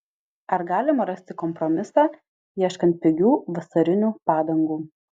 ar galima rasti kompromisą ieškant pigių vasarinių padangų